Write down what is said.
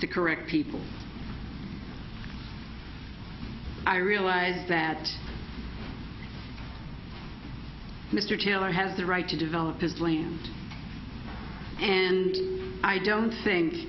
the correct people i realize that mr taylor has the right to develop his land and i don't think